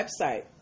website